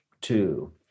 Two